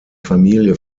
familie